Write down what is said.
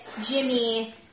Jimmy